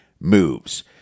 moves